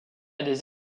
des